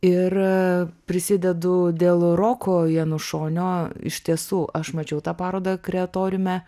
ir prisidedu dėl roko janušonio iš tiesų aš mačiau tą parodą kreatoriume